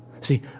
See